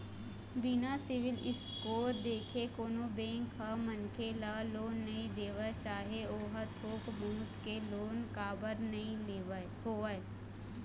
बिना CIBIL score देखे कोनो बेंक ह मनखे ल लोन नइ देवय चाहे ओहा थोक बहुत के ही लोन काबर नीं होवय